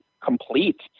complete